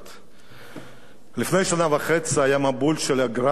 לפני שנה וחצי היה מבול של "גראדים" בדרום,